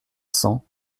cent